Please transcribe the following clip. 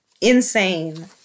Insane